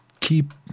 keep